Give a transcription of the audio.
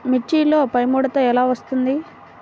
మిర్చిలో పైముడత ఎలా వస్తుంది?